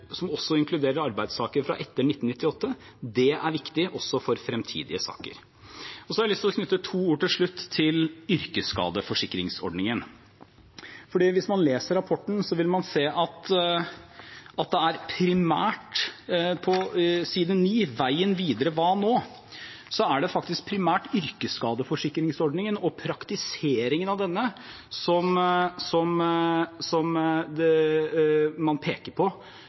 som også inkluderer arbeidstakere fra etter 1998, er viktig også for fremtidige saker. Så har jeg til slutt lyst til å knytte to ord til yrkesskadeforsikringsordningen. Hvis man leser rapporten, vil man på side 9, under «Veien videre – Hva nå?», se at det primært er yrkesskadeforsikringsordningen og praktiseringen av denne man peker på som et problem. Selv om jeg forstår at det